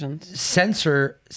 censor